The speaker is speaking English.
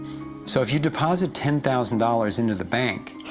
so, if you deposit ten thousand dollars into the bank,